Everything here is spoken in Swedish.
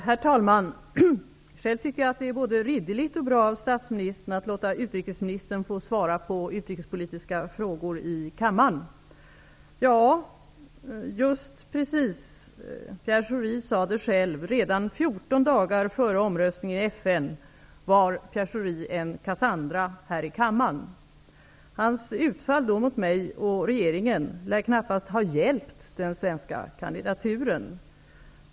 Herr talman! Själv tycker jag att det är både ridderligt och bra av statsministern att låta utrikesministern få svara på utrikespolitiska frågor i kammaren. Pierre Schori sade det själv: redan 14 dagar innan omröstningen i FN var Pierre Schori en Cassandra här i kammaren. Hans utfall då mot mig och regeringen lär knappast ha hjälpt den svenska kandidaturen.